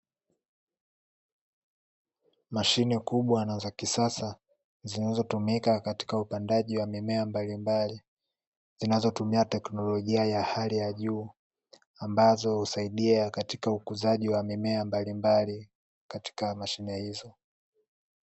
Mashine kubwa na za kisasa zinazotumika katika upandaji wa mimea mbalimbali, zinazotumia teknolojia ya hali ya juu, ambazo husaidia katika ukuzaji wa mimea mbalimbali katika mashine hizo.